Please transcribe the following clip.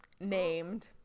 named